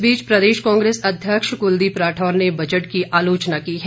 इस बीच प्रदेश कांग्रेस अध्यक्ष कुलदीप राठौर ने भी बजट की आलोचना की है